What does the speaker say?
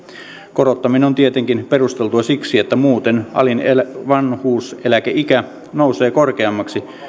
korottaminen on tietenkin perusteltua siksi että muuten alin vanhuuseläkeikä nousee korkeammaksi